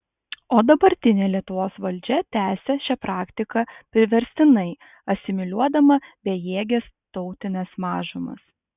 o dabartinė lietuvos valdžia tęsia šią praktiką priverstinai asimiliuodama bejėges tautines mažumas